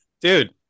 dude